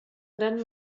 gran